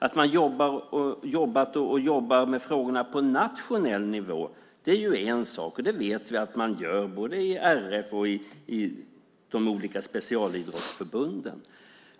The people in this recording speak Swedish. Att man jobbar med frågorna på nationell nivå är en sak. Det vet vi att man gör både i RF och i de olika specialidrottsförbunden.